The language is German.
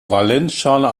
valenzschale